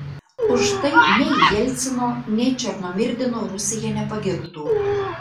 už tai nei jelcino nei černomyrdino rusija nepagirtų